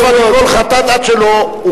חף מכל חטאת עד שלא הוכחה אשמתו.